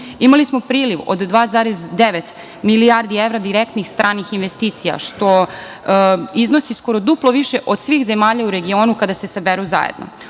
Imali smo priliv od 2,9 milijardi evra direktnih stranih investicija što iznosi skoro duplo više od svih zemalja u regionu kada se saberu zajedno. Ono